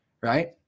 Right